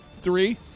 three